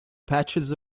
patches